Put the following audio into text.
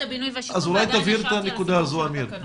אולי תבהיר את הנקודה הזאת, אמיר.